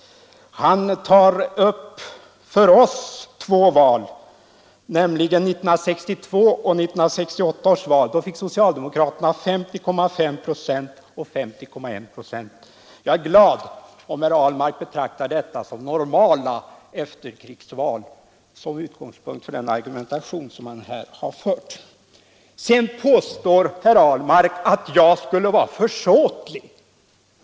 Han tar upp två val, nämligen 1962 och 1968 års val, då socialdemokraterna fick 50,5 procent och 50,1 procent av rösterna. Jag är glad om herr Ahlmark betraktar detta som normala efterkrigsval som utgångspunkt för den argumentation som han här har fört. Sedan påstår herr Ahlmark att jag skulle vara försåtlig.